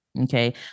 Okay